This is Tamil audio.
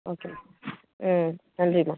ஓகேம்மா ம் நன்றிம்மா